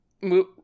move